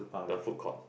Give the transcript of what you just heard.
the food court